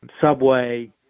Subway